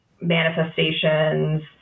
manifestations